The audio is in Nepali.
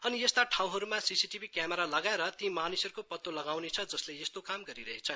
अनि यस्ता ठाँउहरूमा सीसीटीभी क्यामेरा लगाएर ती मानिसहरूको पत्तो लगाइनेछ जसले यस्तो काम गरिरहेछ